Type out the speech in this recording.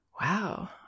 Wow